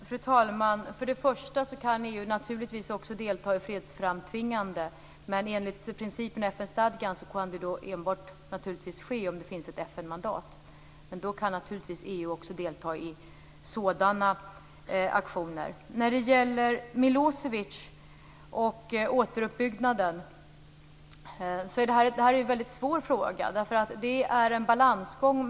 Fru talman! EU kan naturligtvis också delta i fredsframtvingande åtgärder, men enligt principerna i FN-stadgan kan det naturligtvis enbart ske om det finns ett FN-mandat. Men om det finns kan EU naturligtvis också delta i sådana auktioner. Frågan om Milosevic och återuppbyggnaden är väldigt svår. Det är en balansgång.